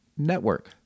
network